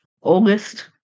August